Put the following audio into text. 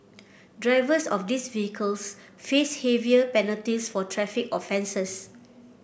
drivers of these vehicles face heavier penalties for traffic offences